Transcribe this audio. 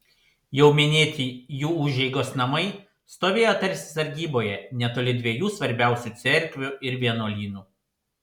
jau minėti jų užeigos namai stovėjo tarsi sargyboje netoli dviejų svarbiausių cerkvių ir vienuolynų